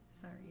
Sorry